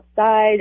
outside